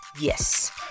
Yes